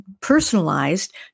personalized